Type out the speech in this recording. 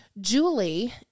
Julie